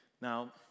Now